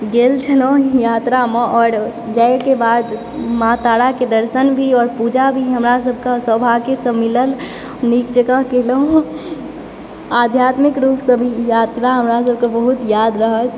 गेल छलहुँ यात्रामऽ आओर जाइके बाद माँ ताराके दर्शन भी आओर पूजा भी हमरा सभकऽ सौभाग्यसँ मिलल नीक जकाँ केलहुँ आध्यात्मिक रूपसँ भी यात्रा हमरा सभक बहुत याद रहत